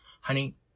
Honey